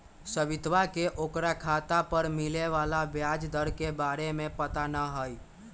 सवितवा के ओकरा खाता पर मिले वाला ब्याज दर के बारे में पता ना हई